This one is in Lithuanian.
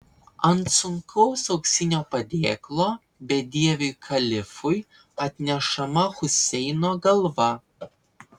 ant sunkaus auksinio padėklo bedieviui kalifui atnešama huseino galva